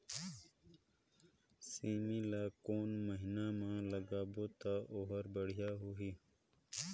सेमी ला कोन महीना मा लगाबो ता ओहार बढ़िया होही?